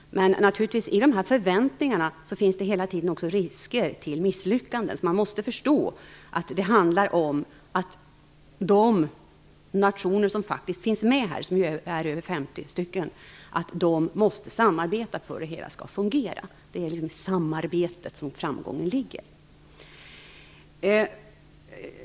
Men i och med förväntningarna finns det naturligtvis hela tiden risker för besvikelser på grund av misslyckanden. Man måste förstå att de nationer som faktiskt finns med - de är över 50 stycken - måste samarbeta för att det hela skall fungera. Det är i samarbetet som framgången ligger.